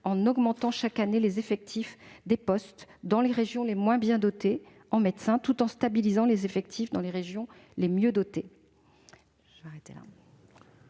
en augmentant chaque année le nombre de postes offerts dans les régions les moins bien dotées en médecins, tout en stabilisant les effectifs dans les régions les mieux dotées.